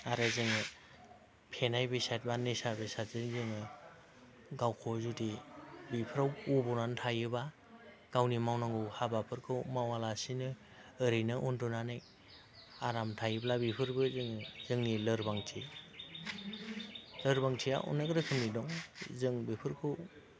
आरो जोङो फेनाय बेसाद बा निसा बेसादजों जोङो गावखौ जुदि बेफोराव गब'नानै थायोबा गावनि मावनांगौ हाबाफोरखौ मावालासिनो ओरैनो उन्दुनानै आराम थायोब्ला बेफोरबो जोंनि लोरबांथि लोरबांथिया अनेक रोखोमनि दं जों बेफोरखौ